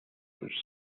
which